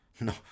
No